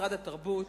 משרד התרבות,